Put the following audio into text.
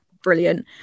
brilliant